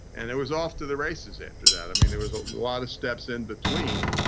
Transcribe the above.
and it was off to the races after that. i mean there was a lot of steps in between.